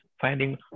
finding